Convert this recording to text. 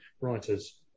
writers